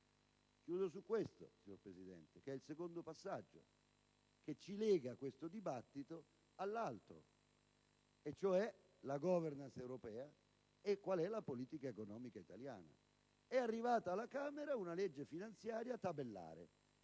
Chiudo, signora Presidente, sul secondo passaggio che lega questo dibattito all'altro: la *governance* europea e la politica economica italiana. È arrivata alla Camera una legge finanziaria tabellare.